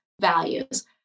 values